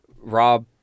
Rob